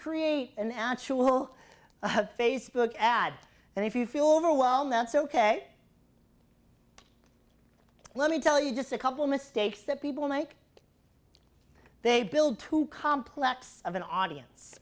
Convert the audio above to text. create an actual facebook ad and if you feel overwhelmed that's ok let me tell you just a couple mistakes that people make they build too complex of an audience